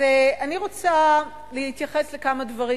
אני רוצה להתייחס לכמה דברים,